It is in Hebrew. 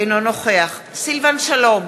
אינו נוכח סילבן שלום,